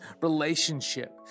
relationship